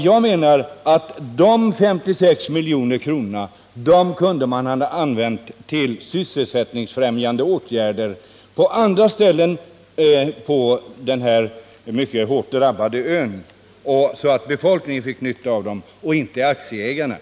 Dessa 56 milj.kr. kunde man ha använt till sysselsättningsfrämjande åtgärder på andra ställen på den här mycket hårt drabbade ön, så att befolkningen och inte aktieägarna fick nytta av dem.